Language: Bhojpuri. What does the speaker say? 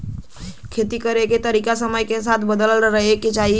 खेती करे के तरीका समय के साथे बदलत रहे के चाही